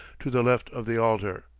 to the left of the altar.